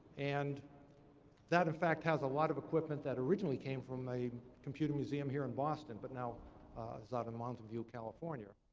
and that, in fact, has a lot of equipment that originally came from a computer museum here in boston, but now is out in mountain view, california.